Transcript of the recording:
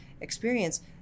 experience